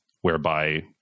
whereby